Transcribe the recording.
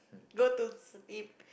go to sleep